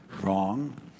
wrong